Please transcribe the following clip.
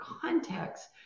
context